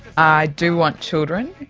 i do want children.